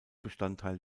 bestandteil